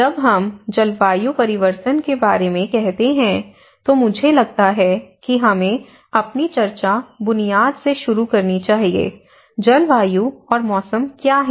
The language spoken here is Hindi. जब हम जलवायु परिवर्तन के बारे में कहते हैं तो मुझे लगता है कि हमें अपनी चर्चा बुनियाद से शुरू करनी चाहिए जलवायु और मौसम क्या है